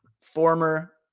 former